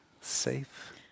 Safe